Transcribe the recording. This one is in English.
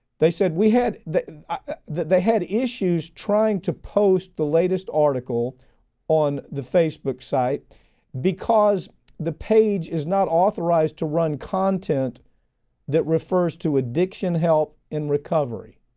they said we had, that they had issues trying to post the latest article on the facebook site because the page is not authorized to run content that refers to addiction, help and recovery.